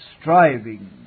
striving